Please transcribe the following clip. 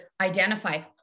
identify